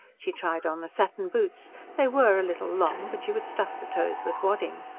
she tried on the satin boots they were a little long, but she would stuff the toes with wadding.